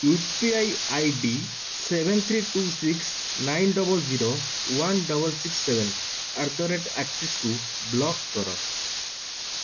you P I I D seven three two six nine double zero one double six seven eight the rate ଆକ୍ସିସ୍କୁ block କର